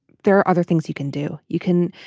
there are other things you can do. you can.